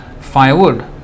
firewood